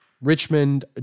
Richmond